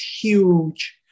huge